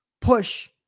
push